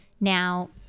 Now